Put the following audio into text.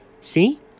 See